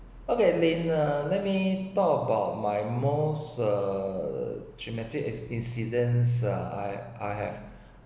okay lin um let me talk about my most uh traumatic incidents uh I I have